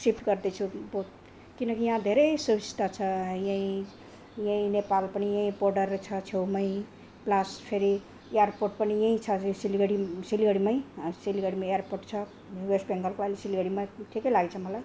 shift गर्दैछु पो किनकि यहाँ धेरै सुविस्ता छ यहीँ यहीँ नेपाल पनि यहीँ बोर्डर छ छेउमै प्लस फेरि एयरपोर्ट पनि यहीँ छ सिलगढी सिलगढीमै सिलगढीमा एयरपोर्ट छ वेस्ट बेङ्गलको अहिले सिलगढीमा ठिकै लागेछ मलाई